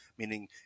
Meaning